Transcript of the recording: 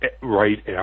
right